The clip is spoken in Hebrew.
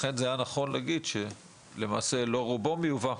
לכן זה היה נכון להגיד שלמעשה לא רובו מיובא,